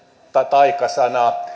taikasana